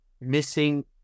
missing